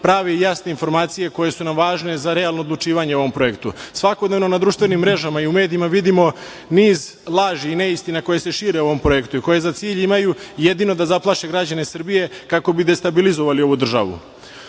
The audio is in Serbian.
prave i jasne informacije koje su nam važne za realno odlučivanje o ovom projektu. Svakodnevno na društvenim mrežama i u medijima vidimo niz laži i neistina koje se šire o ovom projektu i koje za cilj imaju jedino da zaplaše građane Srbije kako bi destabilizovali ovu državu.